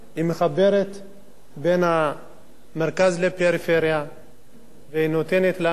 בין המרכז לבין הפריפריה והיא נותנת לנו ללמוד המון דברים.